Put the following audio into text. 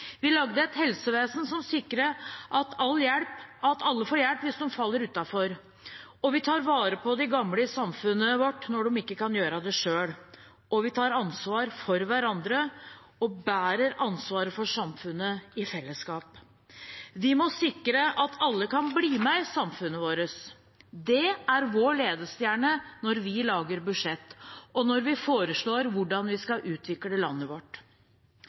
vi lagde et helsevesen som sikret at alle får hjelp hvis de faller utenfor, og vi tar vare på de gamle i samfunnet vårt når de ikke kan gjøre det selv – vi tar ansvar for hverandre og bærer ansvaret for samfunnet i fellesskap. Vi må sikre at alle kan bli med i samfunnet vårt. Det er vår ledestjerne når vi lager budsjett, og når vi foreslår hvordan vi skal utvikle landet vårt.